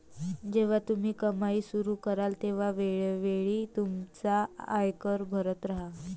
जेव्हा तुम्ही कमाई सुरू कराल तेव्हा वेळोवेळी तुमचा आयकर भरत राहा